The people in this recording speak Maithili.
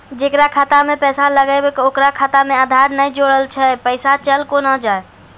जेकरा खाता मैं पैसा लगेबे ओकर खाता मे आधार ने जोड़लऽ छै पैसा चल कोना जाए?